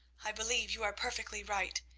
i believe you are perfectly right,